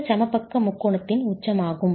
இந்த சமபக்க முக்கோணத்தின் உச்சம் ஆகும்